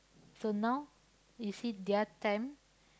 so now you see their time